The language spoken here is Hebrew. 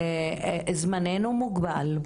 זמננו מוגבל,